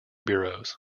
bureaus